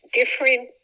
different